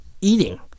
eating